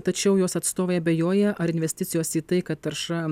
tačiau jos atstovai abejoja ar investicijos į tai kad tarša